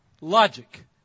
logic